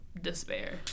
despair